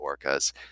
orcas